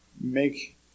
make